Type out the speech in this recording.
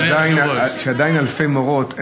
אבל אתה יודע שעדיין אלפי מורות,